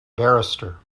barrister